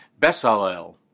Bessalel